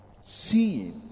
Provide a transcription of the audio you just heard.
Seeing